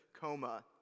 coma